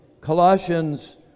Colossians